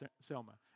Selma